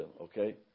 Okay